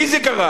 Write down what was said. לי זה קרה.